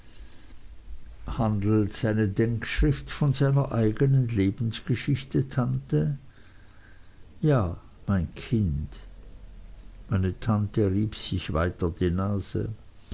handelt seine denkschrift von seiner eignen lebensgeschichte tante ja mein kind meine tante rieb sich wieder die nase